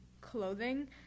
clothing